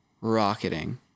rocketing